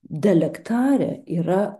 delektare yra